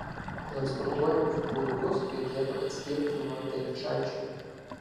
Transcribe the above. transportuojamus buliukus reikėtų atskirti nuo telyčaičių